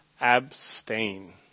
abstain